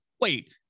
Wait